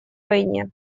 войне